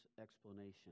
explanation